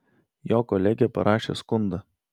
jo kolegė parašė skundą